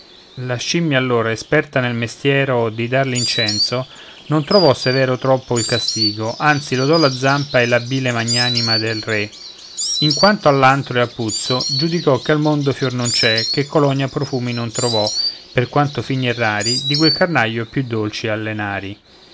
la scimmia allor esperta nel mestiero di dar l'incenso non trovò severo troppo il castigo anzi lodò la zampa e la bile magnanima del re in quanto all'antro e al puzzo giudicò che al mondo fior non c'è che colonia profumi non trovò per quanto fini e rari di quel carnaio più dolci alle nari